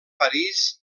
parís